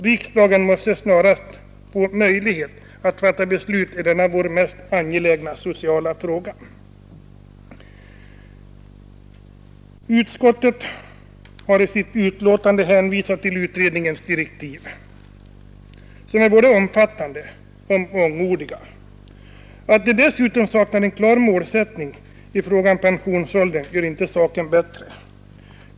Riksdagen måste snarast få möjlighet att fatta beslut i denna vår mest angelägna sociala fråga. Utskottet har i sitt betänkande hänvisat till utredningens direktiv, som är både omfattande och mångordiga. Att de dessutom saknar en klar målsättning i fråga om pensionsåldern gör inte saken bättre.